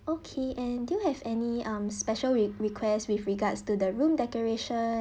okay and do you have any um special re~ request with regards to the room decoration